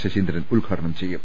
ശശീന്ദ്രൻ ഉദ്ഘാടനം ചെയ്യും